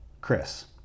Chris